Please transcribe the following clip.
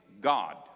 God